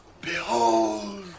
Behold